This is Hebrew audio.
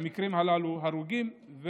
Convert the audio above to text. במקרים הללו הרוגים,